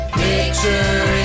picture